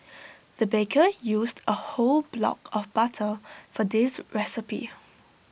the baker used A whole block of butter for this recipe